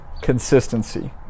consistency